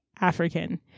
African